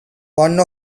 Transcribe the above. one